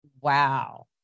Wow